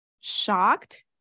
shocked